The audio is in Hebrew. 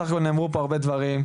בסך הכל נאמרו פה הרבה דברים,